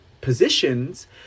positions